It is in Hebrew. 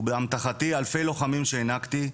ובאמתחתי אלפי לוחמים לוחמים שהנהגתי,